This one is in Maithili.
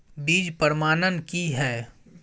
बीज प्रमाणन की हैय?